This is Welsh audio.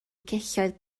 celloedd